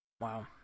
Wow